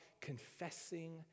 confessing